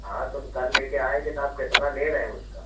हाँ तो कल लेकर आएँगे तो आप कितना ले रहे हो उसका